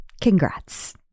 Congrats